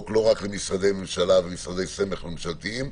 לא רק למשרדי ממשלה ולמשרדי סמך ממשלתיים,